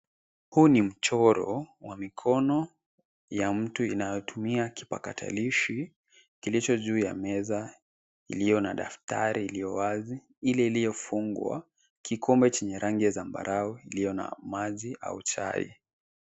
Huu ni mchoro wa mikono ya mtu inayotumia kipakatalishi kilicho juu ya meza iliyo na daftari iliyo wazi, ile iliyofungwa. Kikombe chenye rangi ya zambarau iliyo na maji au chai.